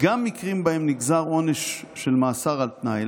גם מקרים שבהם נגזר עונש של מאסר על תנאי.